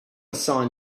sign